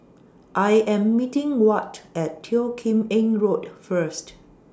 I Am meeting Wyatt At Teo Kim Eng Road First